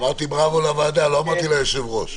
אמרתי בראבו לוועדה, לא אמרתי ליושב-ראש.